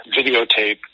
videotape